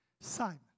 Simon